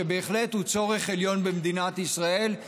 שבהחלט הוא צורך עליון במדינת ישראל,